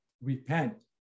repent